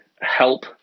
help